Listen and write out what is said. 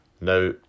Now